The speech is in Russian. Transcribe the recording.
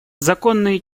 законные